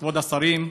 כבוד השרים,